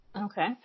Okay